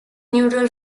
neutral